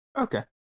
Okay